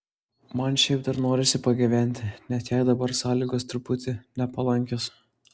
man šiaip dar norisi pagyventi net jei dabar sąlygos truputį nepalankios